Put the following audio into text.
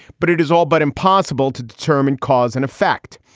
but it is all but impossible to determine cause and effect.